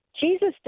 Jesus